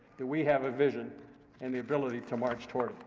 do we have a vision and the ability to march toward it?